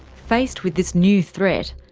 faced with this new threat,